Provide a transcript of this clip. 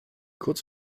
kurz